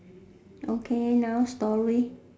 okay now stories